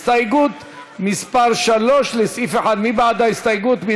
הסתייגות מס' 3 לסעיף 1, מי בעד ההסתייגות?